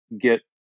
get